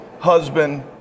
husband